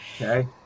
Okay